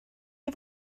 chi